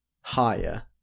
higher